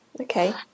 Okay